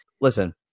Listen